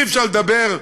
אי-אפשר לדבר,